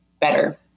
better